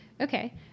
Okay